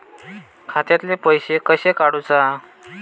खात्यातले पैसे कशे काडूचा?